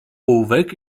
ołówek